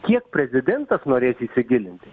kiek prezidentas norės įsigilinti